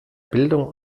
bildung